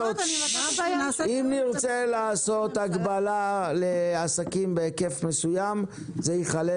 אם נרצה לעשות הגבלה לעסקים בהיקף מסוים זה ייכלל